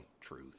truth